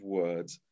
words